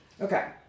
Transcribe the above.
Okay